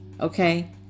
okay